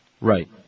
Right